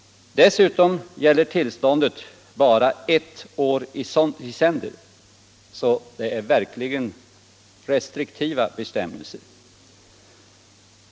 Dessutom gäller tillståndet bara ett år i sänder. Bestämmelserna är alltså verkligen restriktiva.